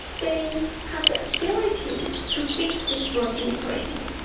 they have the ability to fix this broken protein.